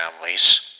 families